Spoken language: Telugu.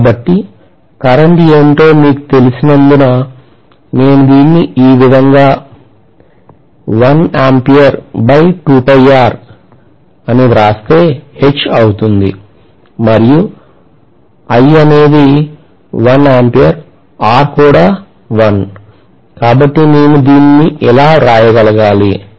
కాబట్టి కరెంట్ ఏమిటో మీకు తెలిసినందున నేను దీన్ని ఈ విదంగా వ్రాస్తే H అవుతుంది మరియు I అనేది 1 R కూడా 1 కాబట్టి నేను దీనిని ఇలా వ్రాయగలగాలి